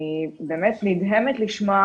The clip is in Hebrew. אני באמת נדהמת לשמוע,